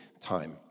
time